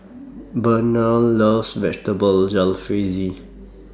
Burnell loves Vegetable Jalfrezi